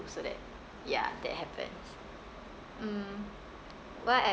so that ya that happens mm what